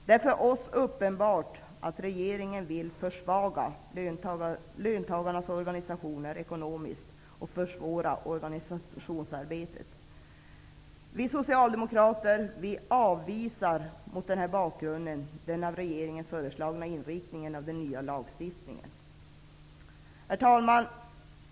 Det är för oss uppenbart att regeringen vill försvaga löntagarnas organisationer ekonomiskt och försvåra organisationsarbetet. Vi socialdemokrater avvisar mot denna bakgrund den av regeringen föreslagna inriktningen av den nya lagstiftningen. Herr talman!